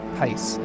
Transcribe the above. pace